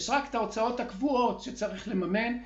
יש רק את ההוצאות הקבועות שצריך לממן,